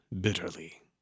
bitterly